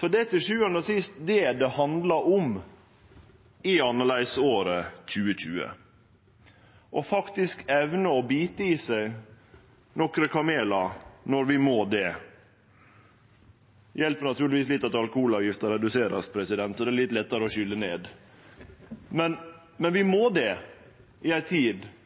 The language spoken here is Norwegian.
Det er til sjuande og sist det det handlar om i annleisåret 2020, å evne å bite i seg nokre kamelar når vi må det. – Det hjelper naturlegvis litt at alkoholavgifta vert redusert, så dei er litt lettare å skylje ned! Men vi må det i ei tid